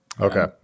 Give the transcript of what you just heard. okay